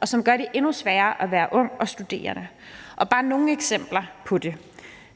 og som gør det endnu sværere at være ung og studerende. Jeg vil blot nævne et par eksempler på det: